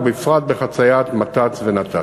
ובפרט בחציית מת"צ ונת"צ.